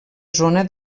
zona